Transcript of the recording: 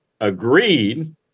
agreed